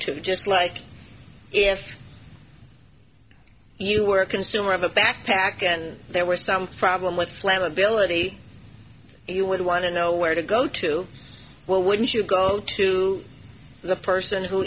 to just like if you were a consumer of a backpack and there was some problem with flammability you would want to know where to go to well wouldn't you go to the person who